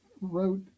wrote